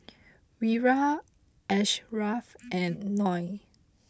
Wira Ashraf and Noah